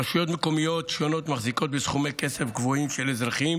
רשויות מקומיות שונות מחזיקות בסכומי כסף גבוהים של אזרחים